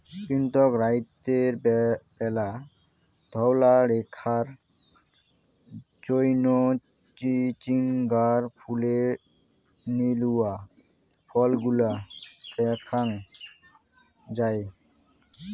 কিন্তুক রাইতের ব্যালা ধওলা রেখার জইন্যে চিচিঙ্গার ফুলের নীলুয়া ফলগুলা দ্যাখ্যাং যাই